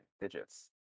digits